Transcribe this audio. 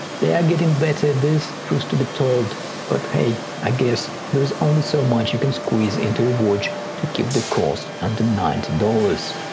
they are getting better at this truth to be told but hey i guess there is only so much you can squeeze into a watch to keep the cost under ninety dollars.